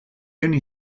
only